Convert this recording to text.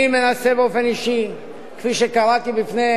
אני מנסה באופן אישי, כפי שקראתי בפני